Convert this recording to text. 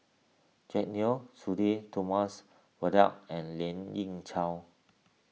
Jack Neo Sudhir Thomas and Lien Ying Chow